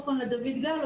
דויד גל הוא